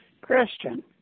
Christian